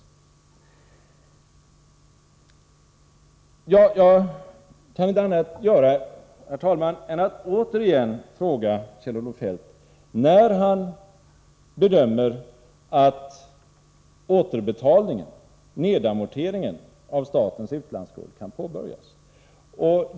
Jag kan inte annat göra, herr talman, än att återigen fråga Kjell-Olof Feldt när nedamorteringen av statens utlandsskuld enligt hans bedömning kan påbörjas.